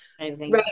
Right